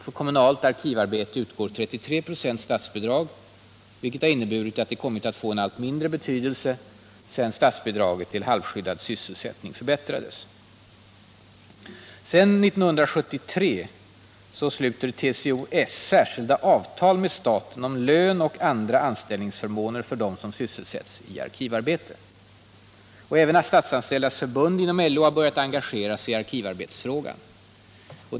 För kommunalt arkivarbete utgår statsbidrag med 33 96, vilket inneburit att det kommit att få allt mindre betydelse sedan statsbidraget till halvskyddad sysselsättning förbättrades. Sedan 1973 sluter TCO-S särskilda avtal med staten om lön och andra anställningsförmåner för dem som sysselsätts i arkivarbete. Även Statsanställdas förbund inom LO har börjat engagera sig i arkivarbetsfrågan.